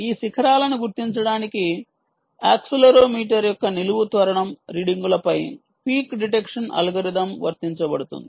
ఈ శిఖరాలను గుర్తించడానికి యాక్సిలెరోమీటర్ యొక్క నిలువు త్వరణం రీడింగులపై పీక్ డిటెక్షన్ అల్గోరిథం వర్తించబడుతుంది